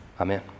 Amen